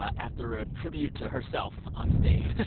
after a tribute to herself onstage,